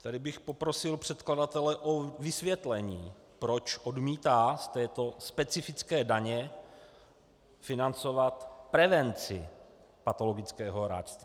Tady bych poprosil předkladatele o vysvětlení, proč odmítá z této specifické daně financovat prevenci patologického hráčství.